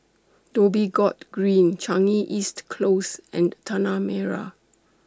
Dhoby Ghaut Green Changi East Close and Tanah Merah